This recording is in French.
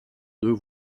deux